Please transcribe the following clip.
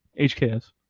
HKS